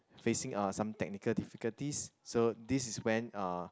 facing uh some technical difficulties so this is when uh